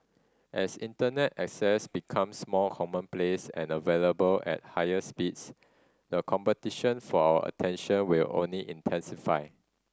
as Internet access becomes more commonplace and available at higher speeds the competition for our attention will only intensify